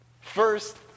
first